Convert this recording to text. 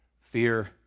fear